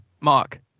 Mark